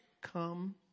come